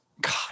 God